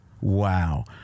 Wow